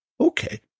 Okay